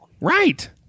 Right